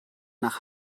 nach